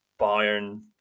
Bayern